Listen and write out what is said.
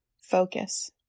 Focus